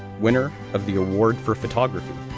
winner of the award for photography,